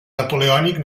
napoleònic